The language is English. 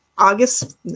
August